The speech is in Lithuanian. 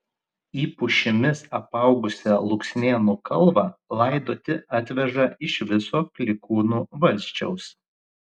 į pušimis apaugusią luksnėnų kalvą laidoti atveža iš viso klykūnų valsčiaus